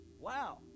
wow